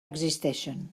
existeixen